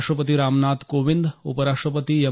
राष्ट्रपती रामनाथ कोविंद उपराष्ट्रपती एम